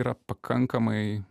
yra pakankamai